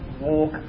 walk